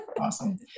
Awesome